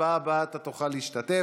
בהצבעה הבאה אתה תוכל להשתתף.